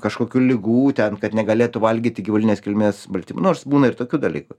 kažkokių ligų ten kad negalėtų valgyti gyvulinės kilmės baltymų nors būna ir tokių dalykų